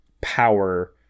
power